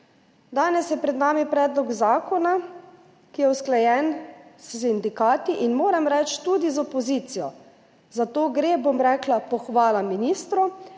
»Danes je pred nami predlog zakona, ki je usklajen s sindikati in, moram reči, tudi z opozicijo. Za to gre, bom rekla, pohvala ministru,